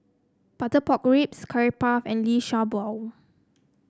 Butter Pork Ribs Curry Puff and Liu Sha Bao